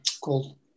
called